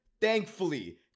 thankfully